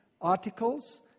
articles